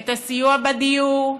את הסיוע בדיור,